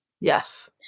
Yes